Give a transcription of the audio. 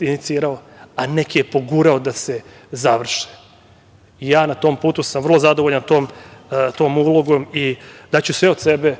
inicirao, a neke je pogurao da se završe. Vrlo sam zadovoljan tom ulogom i daću sve od sebe